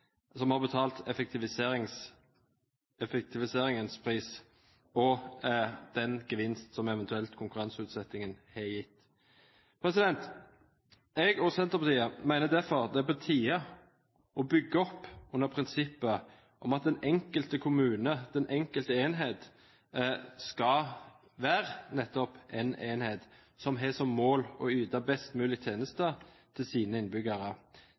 effektiviseringens pris og den gevinsten som konkurranseutsettingen eventuelt har gitt. Jeg og Senterpartiet mener derfor det er på tide å bygge opp under prinsippet om at den enkelte kommune, den enkelte enhet, skal være nettopp en enhet som har som mål å yte best mulige tjenester til sine innbyggere.